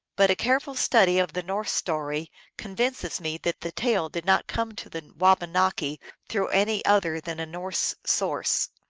but a careful study of the norse story convinces me that the tale did not come to the wabanaki through any other than a norse source.